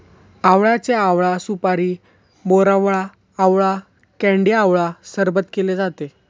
आवळ्याचे आवळा सुपारी, मोरावळा, आवळा कँडी आवळा सरबत केले जाते